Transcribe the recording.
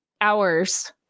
hours